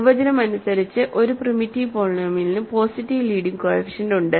നിർവചനം അനുസരിച്ച് ഒരു പ്രിമിറ്റീവ് പോളിനോമിയലിന് പോസിറ്റീവ് ലീഡിങ് കോഎഫിഷ്യന്റ് ഉണ്ട്